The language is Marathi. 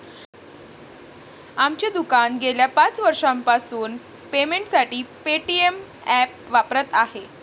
आमचे दुकान गेल्या पाच वर्षांपासून पेमेंटसाठी पेटीएम ॲप वापरत आहे